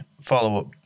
follow-up